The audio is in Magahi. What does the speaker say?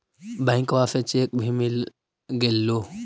बैंकवा से चेक भी मिलगेलो?